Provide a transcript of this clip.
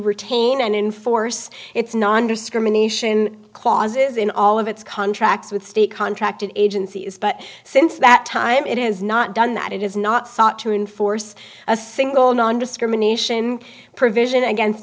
retain and in force its nondiscrimination clauses in all of its contracts with state contracted agencies but since that time it has not done that it is not sought to enforce a single nondiscrimination provision against